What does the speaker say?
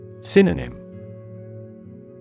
Synonym